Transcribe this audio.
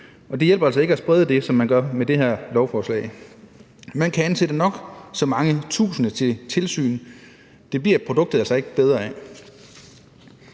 det hjælper altså ikke at sprede det, som man gør med det her lovforslag. Man kan ansætte nok så mange tusinde til tilsyn; det bliver produktet altså ikke bedre af.